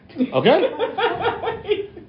Okay